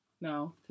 No